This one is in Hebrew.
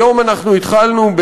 היום אנחנו התחלנו,